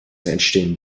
entstehen